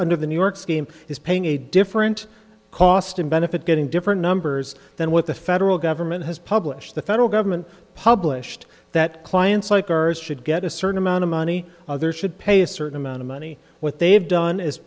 under the new york scheme is paying a different cost and benefit getting different numbers than what the federal government has published the federal government published that clients like ours should get a certain amount of money others should pay a certain amount of money what they have done is